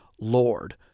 Lord